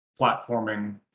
platforming